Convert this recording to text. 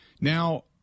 Now